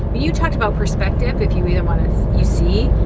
you talked about perspective, if you either want to, you see,